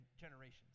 generations